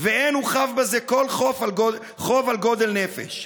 // ואין הוא חב בזה כל חוב על גודל נפש.